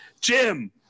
jim